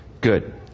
Good